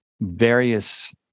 various